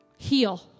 heal